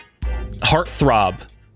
heartthrob